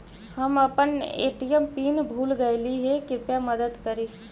हम अपन ATM PIN भूल गईली हे, कृपया मदद करी